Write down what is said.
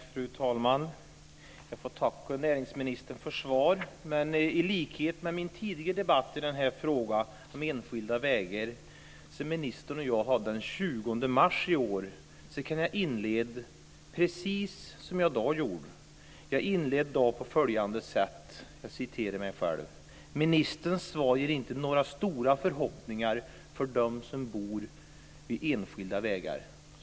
Fru talman! Jag får tacka näringsministern för svaret. Men i likhet med den tidigare debatt om frågan om enskilda vägar som ministern och jag förde den 20 mars i år kan jag inleda precis som jag då gjorde. Jag inledde på följande sätt: "Ministerns svar ger inte några stora förhoppningar för dem som bor vid enskilda vägar."